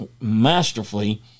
masterfully